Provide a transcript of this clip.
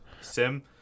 Sim